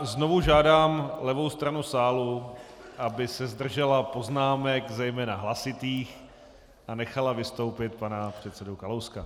Znovu žádám levou stranu sálu, aby se zdržela poznámek, zejména hlasitých, a nechala vystoupit pana předsedu Kalouska.